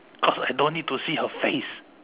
because I don't need to see her face